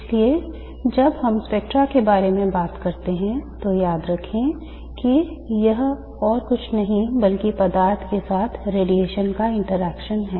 इसलिए जब हम स्पेक्ट्रम के बारे में बात करते हैं तो याद रखें कि यह और कुछ नहीं बल्कि पदार्थ के साथ रेडिएशन का interaction है